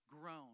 grown